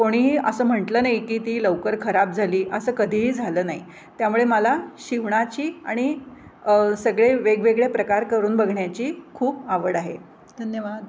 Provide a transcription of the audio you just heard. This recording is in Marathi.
कोणीही असं म्हटलं नाही की ती लवकर खराब झाली असं कधीही झालं नाही त्यामुळे मला शिवणाची आणि सगळे वेगवेगळे प्रकार करून बघण्याची खूप आवड आहे धन्यवाद